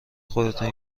خودتان